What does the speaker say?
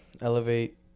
Elevate